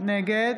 נגד